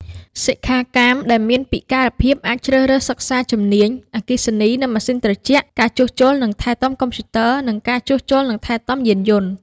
សិក្ខាកាមដែលមានពិការភាពអាចជ្រើសរើសសិក្សាជំនាញអគ្គិសនីនិងម៉ាស៊ីនត្រជាក់ ការជួសជុលនិងថែទាំកុំព្យូទ័រ និងការជួសជុលនិងថែទាំយានយន្ត។